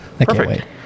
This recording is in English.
Perfect